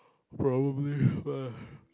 probably but